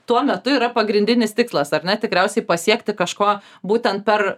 tuo metu yra pagrindinis tikslas ar ne tikriausiai pasiekti kažko būtent per